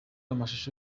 amashusho